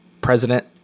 president